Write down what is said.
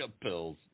pills